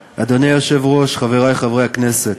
היושב-ראש, חברי חברי הכנסת,